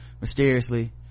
mysteriously